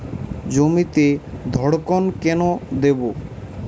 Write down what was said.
জমিতে ধড়কন কেন দেবো?